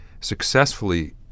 successfully